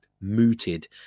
mooted